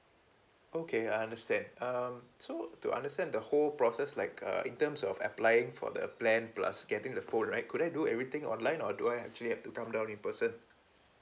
okay I understand um so to understand the whole process like uh in terms of applying for the plan plus getting the phone right could I do everything online or do I actually have to come down in person